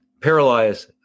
paralyze